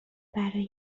برا